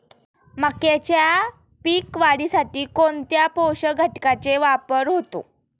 मक्याच्या पीक वाढीसाठी कोणत्या पोषक घटकांचे वापर होतो?